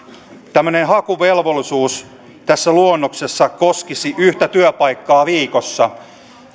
tämmöinen hakuvelvollisuus tässä luonnoksessa koskisi yhtä työpaikkaa viikossa